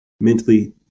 mentally